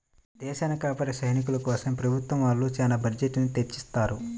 దేశాన్ని కాపాడే సైనికుల కోసం ప్రభుత్వం వాళ్ళు చానా బడ్జెట్ ని తెచ్చిత్తారు